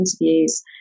interviews